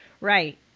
Right